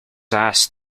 asked